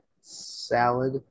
salad